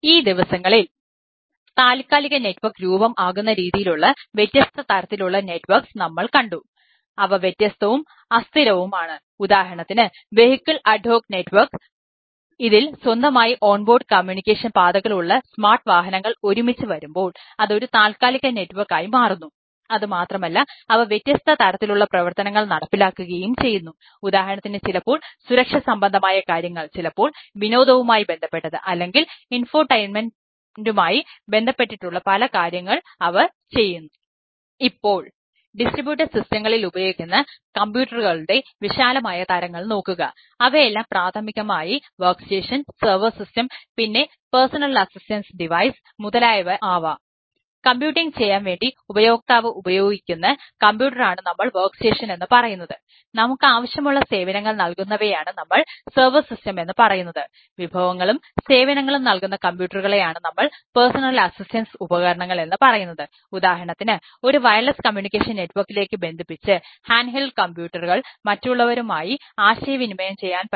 ഈ ദിവസങ്ങളിൽ താൽക്കാലിക നെറ്റ്വർക്ക് ബന്ധപ്പെട്ടിട്ടുള്ള പല കാര്യങ്ങൾ അവർ ചെയ്യുന്നു